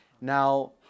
Now